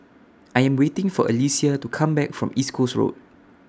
I Am waiting For Alecia to Come Back from East Coast Road